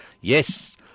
Yes